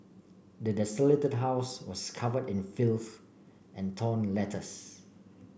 the desolated house was covered in filth and torn letters